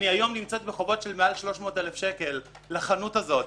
היום אני נמצאת בחובות של למעלה מ-300 אלף שקל על החנות הזאת.